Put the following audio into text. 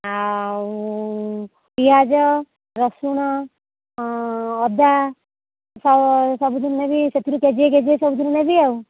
ଆଉ ପିଆଜ ରସୁଣ ଅଦା ସବୁଥିରୁ ନେବି ସେଥିରୁ କେଜିଏ କେଜିଏ ସବୁଥିରୁ ନେବି ଆଉ